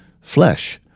flesh